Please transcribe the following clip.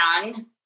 young